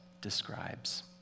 describes